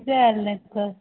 कितें जाय आसलें तुका